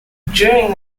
during